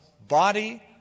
body